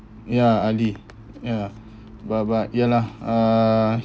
ya ali ya but but ya lah uh